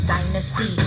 Dynasty